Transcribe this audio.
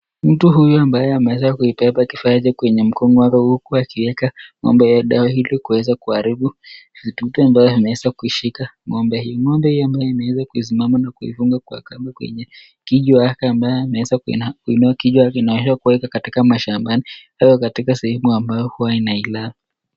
Mtu huyu ambaye ameweza kuibeba kifaa chake kwenye mkongo wake huku akiweka ng'ombe ya dawa ili kuweza kuharibu vitu ambavyo vimeweza kuishika ng'ombe hiyo. Ng'ombe hiyo ambayo imeweza kusimama na kuifunga kwa kamba kwenye kichwa yake ambayo imeweza kuinua kichwa yake inaoashwa kuweka katika mashambani au katika sehemu ambayo huwa inaila.